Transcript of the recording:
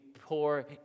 poor